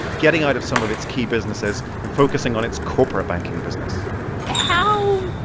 getting out of some of its key businesses and focusing on its corporate banking business how